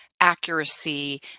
accuracy